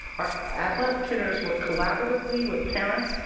our athletic trainers work collaboratively with parents,